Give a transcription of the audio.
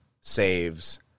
saves